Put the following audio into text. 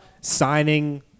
signing